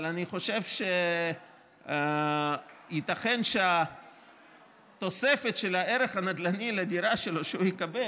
אבל אני חושב שייתכן שהתוספת של הערך הנדל"ני שהוא יקבל